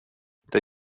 der